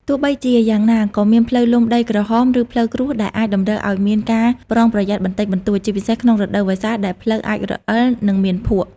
ទោះបីជាយ៉ាងណា ក៏មានផ្លូវលំដីក្រហម ឬផ្លូវគ្រួសដែលអាចតម្រូវឲ្យមានការប្រុងប្រយ័ត្នបន្តិចបន្តួច ជាពិសេសក្នុងរដូវវស្សាដែលផ្លូវអាចរអិលនិងមានភក់។